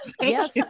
Yes